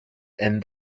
end